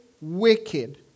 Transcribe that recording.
wicked